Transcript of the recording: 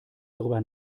darüber